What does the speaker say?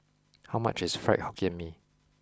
how much is Fried Hokkien Mee